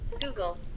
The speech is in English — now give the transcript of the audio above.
Google